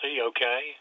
okay